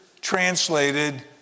translated